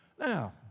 Now